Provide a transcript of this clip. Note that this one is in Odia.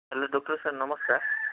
ହେଲୋ ଡକ୍ଟର୍ ସାର୍ ନମସ୍କାର